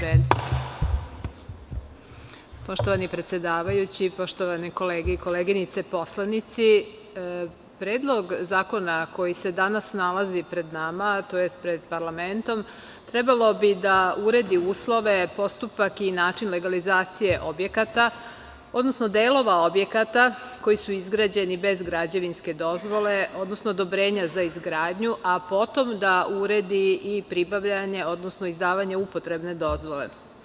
Poštovani predsedavajući, poštovane kolege i koleginice poslanici, Predlog zakona koji se danas nalazi pred nama, a to jest pred parlamentom, trebalo bi da uredi uslove, postupak i način legalizacije objekata, odnosno delova objekata koji su izgrađeni bez građevinske dozvole, odnosno odobrenja za izgradnju, a potom da uredi i pribavljanje, odnosno izdavanje upotrebne dozvole.